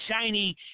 shiny